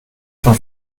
von